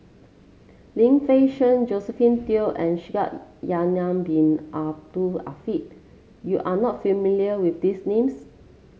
Lim Fei Shen Josephine Teo and Shaikh Yahya Bin Ahmed Afifi you are not familiar with these names